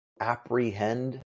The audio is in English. apprehend